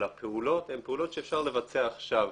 אבל הפעולות הן פעולות שאפשר לבצע עכשיו.